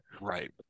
Right